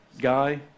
guy